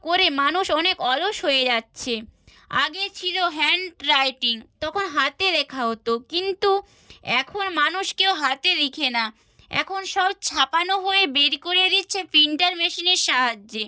করে মানুষ অনেক অলস হয়ে যাচ্ছে আগে ছিল হ্যাণ্ড রাইটিং তখন হাতে লেখা হতো কিন্তু এখন মানুষ কেউ হাতে লেখে না এখন সব ছাপানো হয়ে বের করে দিচ্ছে প্রিন্টার মেশিনের সাহায্যে